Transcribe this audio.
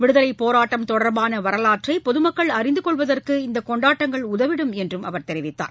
விடுதலைபோராட்டம் தொடர்பானவரலாற்றைபொதுமக்கள் அறிந்துகொள்வதற்கு இந்தகொண்டாட்டங்கள் உதவிடும் என்றும் அவர் தெரிவித்தார்